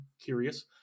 curious